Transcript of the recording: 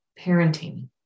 Parenting